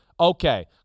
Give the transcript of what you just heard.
Okay